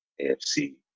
AFC